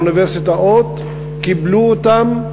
האוניברסיטאות קיבלו אותם,